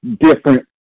different